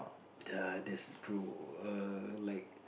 the that's true err like